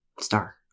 Star